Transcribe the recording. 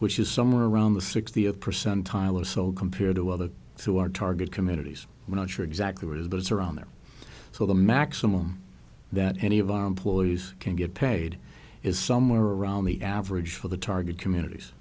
which is somewhere around the sixtieth percentile or sold compared to other so our target communities we're not sure exactly what is those around there so the maximum that any of our employees can get paid is somewhere around the average for the target communities